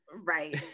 Right